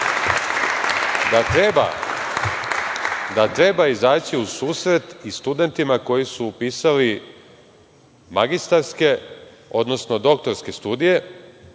da treba izaći u susret i studentima koji su upisali magistarske, odnosno doktorske studije,